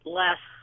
less